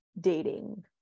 dating